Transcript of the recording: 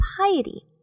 piety